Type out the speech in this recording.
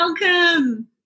welcome